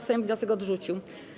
Sejm wniosek odrzucił.